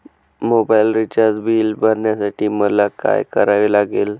Mobile recharge bill भरण्यासाठी मला काय करावे लागेल?